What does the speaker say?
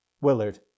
Willard